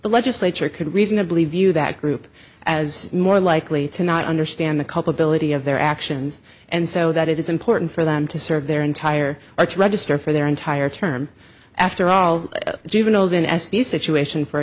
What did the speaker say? the legislature could reasonably view that group as more likely to not understand the culpability of their actions and so that it is important for them to serve their entire or to register for their entire term after all juveniles in s p situation for